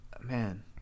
man